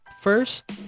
First